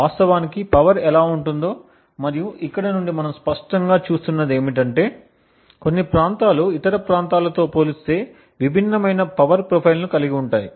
కాబట్టి వాస్తవానికి పవర్ ఎలా ఉంటుందో మరియు ఇక్కడ నుండి మనం స్పష్టంగా చూస్తున్నది ఏమిటంటే కొన్ని ప్రాంతాలు ఇతర ప్రాంతాలతో పోలిస్తే విభిన్నమైన పవర్ ప్రొఫైల్ను కలిగి ఉంటాయి